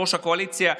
יושב-ראש הקואליציה,